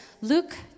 Luke